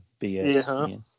BS